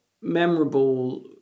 memorable